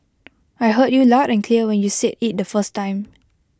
I heard you loud and clear when you said IT the first time